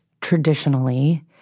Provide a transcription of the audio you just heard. traditionally